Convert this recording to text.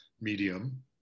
medium